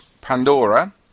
Pandora